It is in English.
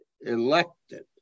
elected